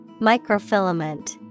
Microfilament